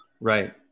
Right